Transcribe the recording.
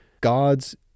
God's